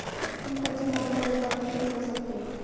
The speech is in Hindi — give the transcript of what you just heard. तुम कच्चे माल का व्यापार भी शुरू कर सकते हो